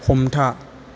हमथा